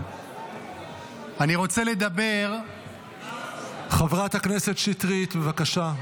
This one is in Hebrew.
אני רוצה לדבר --- חברת הכנסת שטרית, בבקשה.